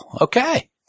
okay